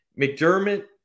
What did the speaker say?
McDermott